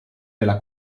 della